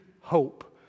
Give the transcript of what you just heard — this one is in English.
hope